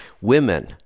Women